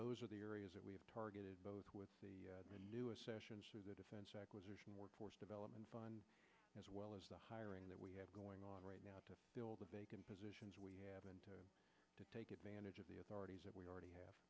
those are the areas that we have targeted both with the newest sessions for the defense acquisition workforce development fund as well as the hiring that we have going on right now to fill the vacant positions we have and to take advantage of the authorities that we already have